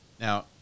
now